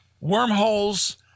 wormholes